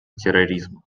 терроризма